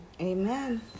Amen